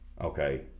okay